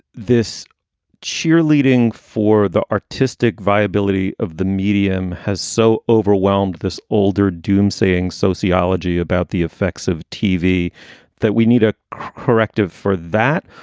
this cheerleading for the artistic viability of the medium has so overwhelmed this older doomsaying sociology about the effects of tv that we need a corrective for that.